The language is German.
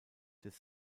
des